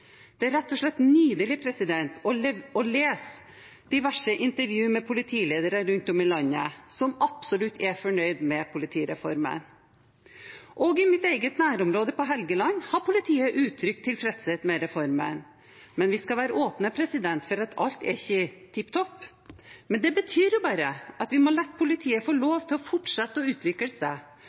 Det er rett og slett nydelig å lese diverse intervju med politiledere rundt om i landet som absolutt er fornøyd med politireformen. Også i mitt eget nærområde på Helgeland har politiet uttrykt tilfredshet med reformen. Vi skal være åpne for at ikke alt er tipp topp – men det betyr jo bare at vi må la politiet få lov til å fortsette å utvikle seg,